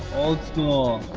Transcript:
old school.